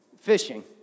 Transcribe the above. fishing